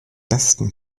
besten